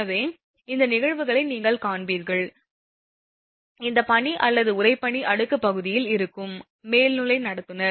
எனவே இந்த நிகழ்வுகளை நீங்கள் காண்பீர்கள் அந்த பனி அல்லது உறைபனி அடுக்கு கடத்தியில் இருக்கும் மேல்நிலை நடத்துனர்